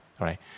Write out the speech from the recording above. Right